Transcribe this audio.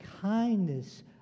kindness